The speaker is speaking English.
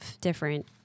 different